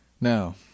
Now